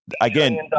Again